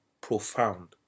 profound